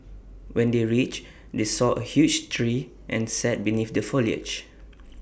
when they reached they saw A huge tree and sat beneath the foliage